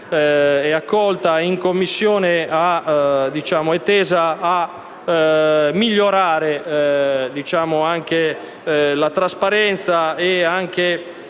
e accolta in Commissione è tesa a migliorare la trasparenza e